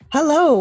Hello